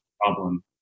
problem